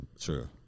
True